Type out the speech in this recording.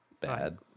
bad